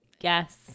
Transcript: Yes